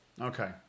Okay